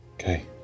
Okay